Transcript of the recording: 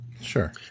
Sure